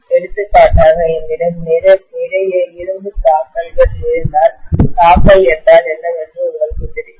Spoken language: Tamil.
எடுத்துக்காட்டாக என்னிடம் நிறைய இரும்புத் தாக்கல்கள் இருந்தால் தாக்கல் என்றால் என்னவென்று உங்களுக்குத் தெரியும்